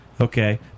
Okay